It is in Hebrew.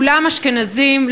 כולם אשכנזים.